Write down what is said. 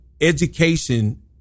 education